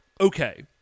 Okay